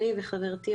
אני וחברתי,